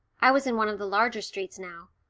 i was in one of the larger streets now,